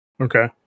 Okay